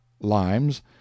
limes